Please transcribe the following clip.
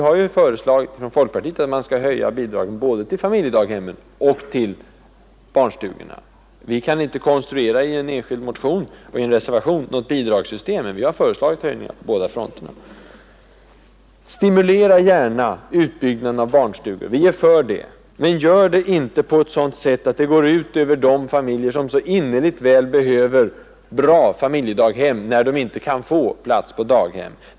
Men folkpartiet har föreslagit att man skall höja bidragen både till familjedaghemmen och till barnstugorna. Vi kan inte i en enskild motion eller i en reservation skissera upp något bidragssystem, men vi har föreslagit höjningar på båda fronterna. Stimulera gärna utbyggnaden av barnstugor — vi är för det — men gör det inte på ett sådant sätt, att det går ut över de familjer som så innerligt väl behöver bra familjedaghem, när de inte kan få plats på daghem!